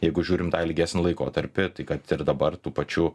jeigu žiūrim ilgesnį laikotarpį tai kad ir dabar tų pačių